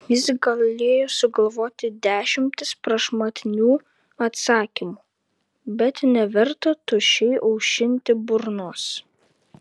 jis galėjo sugalvoti dešimtis prašmatnių atsakymų bet neverta tuščiai aušinti burnos